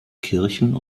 kirchen